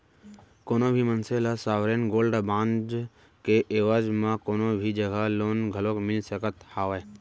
कोनो भी मनसे ल सॉवरेन गोल्ड बांड के एवज म कोनो भी जघा लोन घलोक मिल सकत हावय